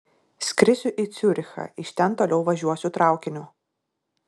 skrisiu į ciurichą iš ten toliau važiuosiu traukiniu